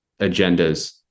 agendas